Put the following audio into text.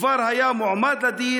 מי שירה בו כבר היה מועמד לדין.